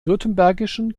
württembergischen